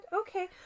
Okay